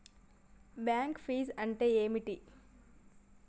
Bank ఫీజ్లు అంటే ఏమిటి?